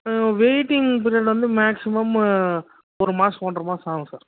ம் waiting period வந்து maximum ஒரு மாதம் ஒன்றரை மாதம் ஆகும் சார்